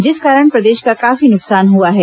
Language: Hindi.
जिस कारण प्रदेश का काफी नुकसान हुआ है